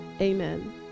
amen